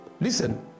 Listen